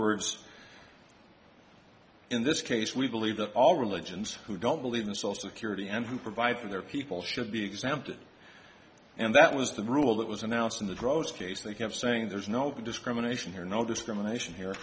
words in this case we believe that all religions who don't believe in social security and who provide for their people should be exempted and that was the rule that was announced in the gross case they kept saying there's no discrimination here no discrimination here